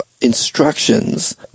instructions